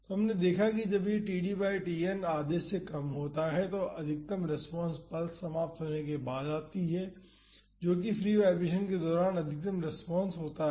तो हमने देखा है कि जब यह td बाई Tn आधे से कम होता है तो अधिकतम रेस्पॉन्स पल्स समाप्त होने के बाद होती है जो कि फ्री वाईब्रेशन के दौरान अधिकतम रेस्पॉन्स होता है